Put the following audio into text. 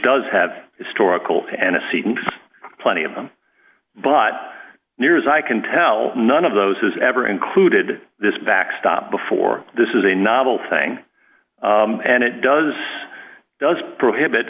does have historical aniseed and plenty of them but near as i can tell none of those has ever included this backstop before this is a novel thing and it does does prohibit